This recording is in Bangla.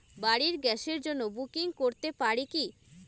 বাড়ির গ্যাসের জন্য বুকিং করতে পারি কি?